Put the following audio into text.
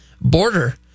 border